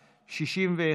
61,